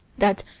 that,